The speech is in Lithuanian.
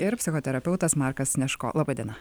ir psichoterapeutas markas snežko laba diena